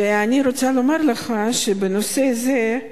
ואני רוצה לומר לך שבנושא זה,